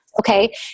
Okay